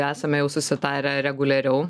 esame jau susitarę reguliariau